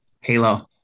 halo